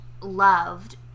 loved